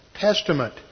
testament